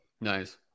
nice